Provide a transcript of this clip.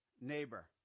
neighbor